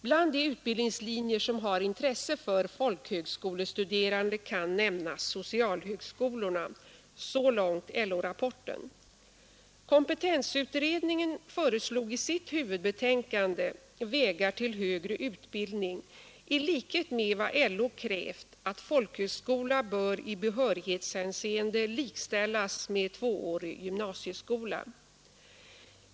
— Bland de utbildningslinjer som har intresse för folkhögskolestuderande kan nämnas socialhögskolorna.” Kompetensutredningen föreslog i sitt huvudbetänkande ”Vägar till högre utbildning” i likhet med vad LO krävt att folkhögskola bör i behörighetshänseende likställas med tvåårig gymnasieskola.